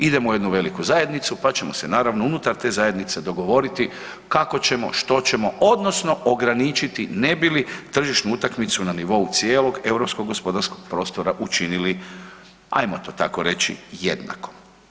Idemo u jednu veliku zajednicu pa ćemo se naravno unutar te zajednice dogovoriti kako ćemo, što ćemo odnosno ograničiti ne bili tržišnu utakmicu na nivou cijelog europskog gospodarskog prostora učinili ajmo to tako reći, jednakom.